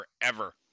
forever